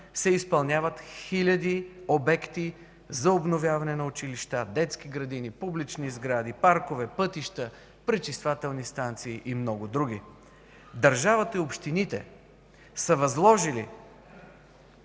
се изпълняват хиляди обекти за обновяване на училища, детски градини, публични сгради, паркове, пътища, пречиствателни станции и много други. Държавата и общините са възложили